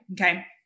okay